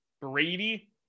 Brady